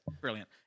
Brilliant